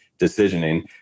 decisioning